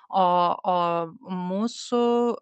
o o mūsų